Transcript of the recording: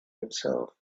himself